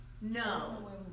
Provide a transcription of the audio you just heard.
No